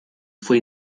fue